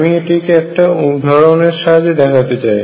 আমি এটিকে একটা উদাহরণ এর সাহায্যে দেখাতে চাই